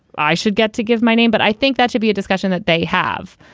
i should get to give my name, but i think that should be a discussion that they have.